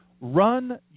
run